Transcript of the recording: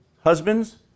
husbands